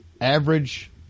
average